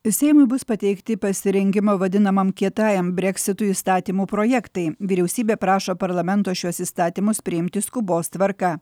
seimui bus pateikti pasirengimo vadinamam kietajam breksitui įstatymų projektai vyriausybė prašo parlamento šiuos įstatymus priimti skubos tvarka